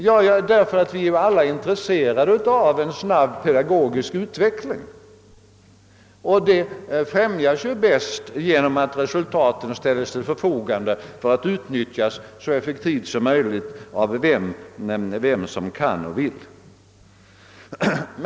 Jo, därför att vi alla är intresserade av en snabb pedagogisk utveckling, och en sådan främjas bäst genom att resultaten ställs till förfogande för att utnyttjas så effektivt som möjligt av den som kan och vill.